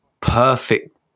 perfect